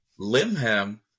Limham